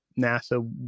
NASA